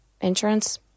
insurance